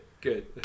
good